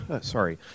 Sorry